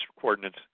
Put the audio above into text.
coordinates